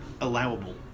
allowable